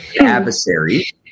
Adversary